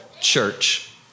church